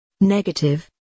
Negative